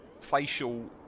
facial